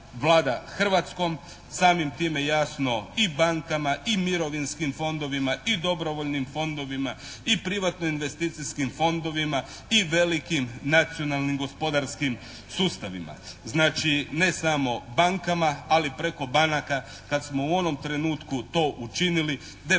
Hrvatskom. Samim time jasno i bankama i mirovinskim fondovima i dobrovoljnim fondovima. I privatno-investicijskim fondovima i velikim nacionalnim, gospodarskim sustavima. Znači ne samo bankama, ali preko banaka kad smo u onom trenutku to učinili de facto